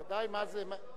בוודאי, מה זה?